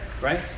right